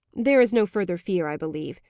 there is no further fear, i believe.